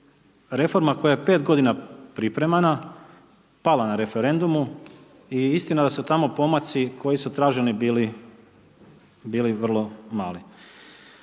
reforma koja je 5 g. pripremana pala na referendumu i istina d su tamo pomaci koji su traženi bili, bili vrlo mali.